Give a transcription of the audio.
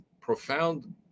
profound